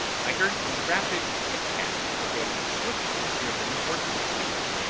i heard the rapid pit-pat of a swiftly driven horse's feet.